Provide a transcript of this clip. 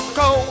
go